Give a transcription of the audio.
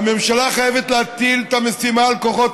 והממשלה חייבת להטיל את המשימה על כוחות